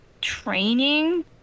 training